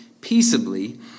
peaceably